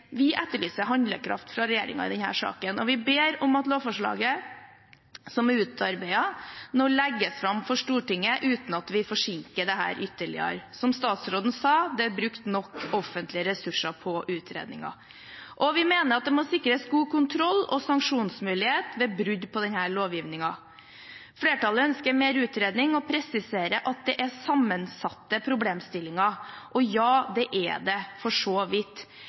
Vi etterlyser handlekraft fra regjeringen i denne saken, og vi ber om at lovforslaget som er utarbeidet, nå legges fram for Stortinget uten at vi forsinker dette ytterligere. Som statsråden sa: Det er brukt nok offentlige ressurser på utredninger. Vi mener også at det må sikres god kontroll og sanksjonsmulighet ved brudd på denne lovgivningen. Flertallet ønsker mer utredning og presiserer at dette er sammensatte problemstillinger. Ja, det er det for så vidt,